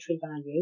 value